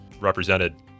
represented